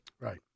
Right